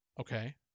Okay